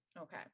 Okay